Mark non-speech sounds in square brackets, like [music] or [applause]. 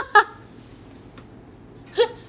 [laughs]